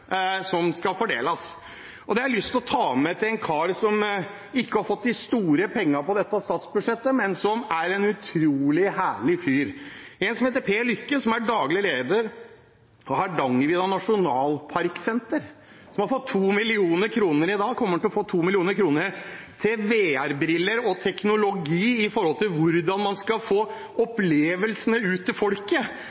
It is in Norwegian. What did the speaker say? som skal fordeles. Det har jeg lyst til å ta med til en kar som ikke har fått de store pengene på dette statsbudsjettet, men som er en utrolig herlig fyr. Han heter Per Lykke og er daglig leder av Hardangervidda Nasjonalparksenter, som i dag kommer til å få 2 mill. kr til VR-briller og teknologi for at man skal få